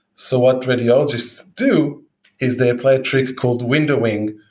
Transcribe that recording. so what radiologists do is they apply a trick called windowing,